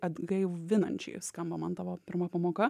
atgaivinančiai skamba man tavo pirma pamoka